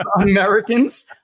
Americans